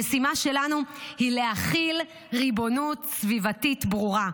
המשימה שלנו היא להחיל ריבונות סביבתית ברורה.